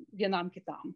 vienam kitam